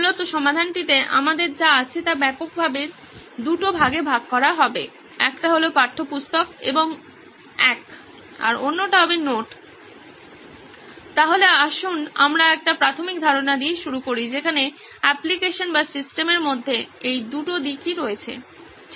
মূলত সমাধানটিতে আমাদের যা আছে তা ব্যাপকভাবে দুটি ভাগে ভাগ করা হবে একটি হল পাঠ্যপুস্তক এবং 1 অন্যটি হবে নোট সুতরাং আসুন আমরা একটি প্রাথমিক ধারণা দিয়ে শুরু করি যেখানে অ্যাপ্লিকেশন বা সিস্টেমের মধ্যে এই 2 টি দিক রয়েছে ঠিক